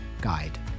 guide